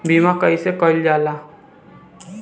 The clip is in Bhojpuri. बीमा कइसे कइल जाला?